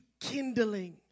kindling